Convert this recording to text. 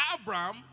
Abraham